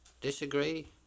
Disagree